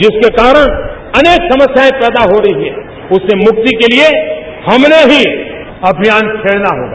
जिसके कारण अनेक समस्याएं पैदा हो रही हैं उससे मुक्ति के लिये हमने ही अभियान छेड़ना होगा